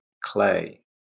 clay